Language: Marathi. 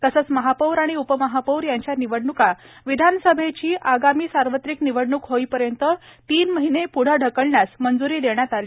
तसेच महापौर आणि उपमहापौर यांच्या निवडणुका विधानसभेची आगामी सार्वत्रिक निवडणूक होईपर्यंत तीन महिने पुढे ढकलण्यास मंजूरी देण्यात आली